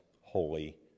holy